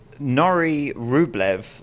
Nori-Rublev